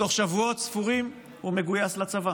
בתוך שבועות ספורים הוא מגויס לצבא